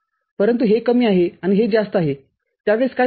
परंतु हे कमी आहे आणि हे जास्त आहे त्या वेळेस काय होते